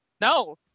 No